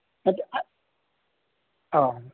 ꯑ